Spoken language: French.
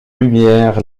lumière